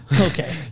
Okay